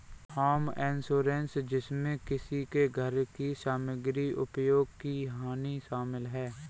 home insurance जिसमें किसी के घर इसकी सामग्री उपयोग की हानि शामिल है